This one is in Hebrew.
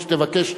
את צודקת.